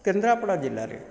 କେନ୍ଦ୍ରାପଡ଼ା ଜିଲ୍ଲାରେ